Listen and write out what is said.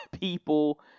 people